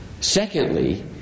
Secondly